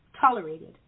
tolerated